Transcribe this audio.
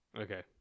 Okay